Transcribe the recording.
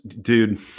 dude